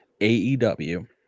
AEW